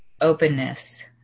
openness